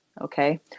okay